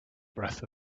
breath